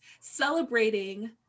celebrating